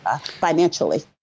financially